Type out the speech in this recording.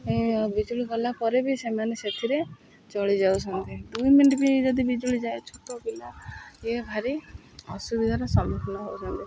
ବିଜୁଳି କଲାପରେ ବି ସେମାନେ ସେଥିରେ ଚଳି ଯାଉଛନ୍ତି ଦୁଇ ମିନିଟ୍ ବି ଯଦି ବିଜୁଳି ଯାଏ ଛୋଟ ପିଲା ଇଏ ଭାରି ଅସୁବିଧାର ସମ୍ମୁଖୀନ ହେଉଛନ୍ତି